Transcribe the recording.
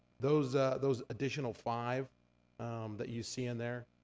those those additional five that you see in there,